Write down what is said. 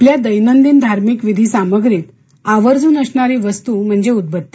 आपल्या दैनंदिन धार्मिक विधी सामग्रीत आवर्जून असणारी वस्तू म्हणजे उदबत्ती